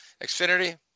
Xfinity